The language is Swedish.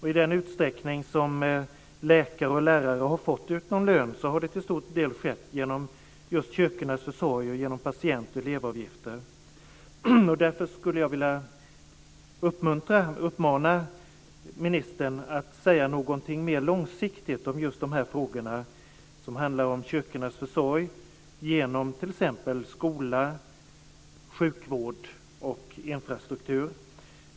I den utsträckning som läkare och lärare har fått ut någon lön har det till stor del skett genom kyrkornas försorg och genom patient och elevavgifter. Därför skulle jag vilja uppmana ministern att säga någonting mer långsiktigt om dessa frågor om kyrkornas försorg om skola, sjukvård och infrastruktur.